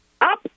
up